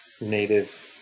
native